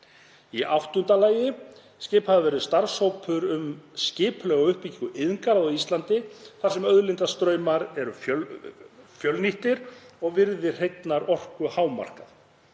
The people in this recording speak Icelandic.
Í áttunda lagi að skipaður verði starfshópur um skipulega uppbyggingu iðngarða á Íslandi þar sem auðlindastraumar eru fjölnýttir og virði hreinnar orku hámarkað,